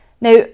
Now